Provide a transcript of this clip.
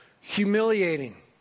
Humiliating